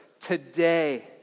today